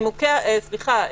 סליחה,